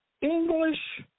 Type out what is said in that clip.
English